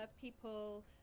people